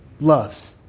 loves